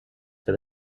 for